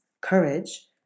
courage